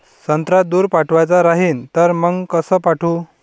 संत्रा दूर पाठवायचा राहिन तर मंग कस पाठवू?